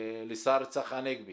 לשר צחי הנגבי